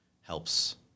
helps